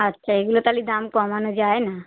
আচ্ছা এগুলো তাহলে দাম কমানো যায় না